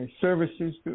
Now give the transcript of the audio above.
services